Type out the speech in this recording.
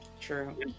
True